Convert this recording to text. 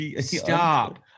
Stop